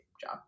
job